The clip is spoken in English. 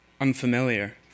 unfamiliar